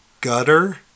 Gutter